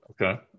okay